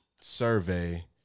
survey